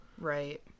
Right